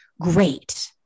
Great